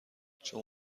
چون